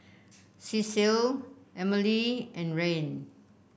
Cecile Emely and Rahn